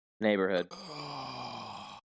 Neighborhood